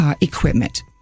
equipment